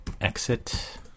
exit